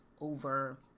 over